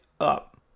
up